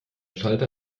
schalter